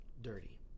dirty